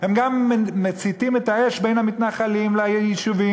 הם גם מציתים בין המתנחלים ליישובים,